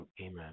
Amen